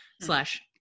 slash